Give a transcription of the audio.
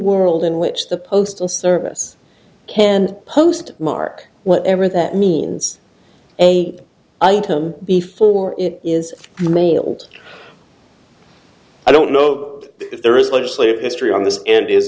world in which the postal service can post mark whatever that means a item before it is mailed i don't know if there is legislative history on this and is